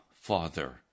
Father